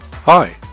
Hi